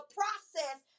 process